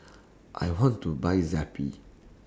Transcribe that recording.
I want to Buy Zappy